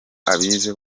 abize